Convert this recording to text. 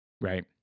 Right